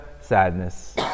sadness